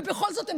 ובכל זאת,